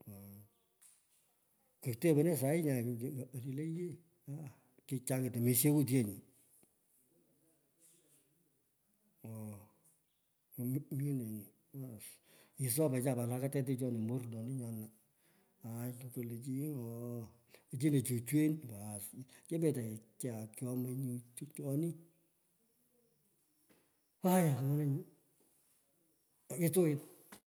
Oo, kotepene sai nyaa, oti le yee aha kichangit omisheut yee nyuu oo minee, baas, kisopecha pat ketichoni mornoni nyona. aai kolo chi, awoo ochino chuchwin, baas, kepetecha nyu kyomi tuchoni oyaa aai nyuu mokitawit.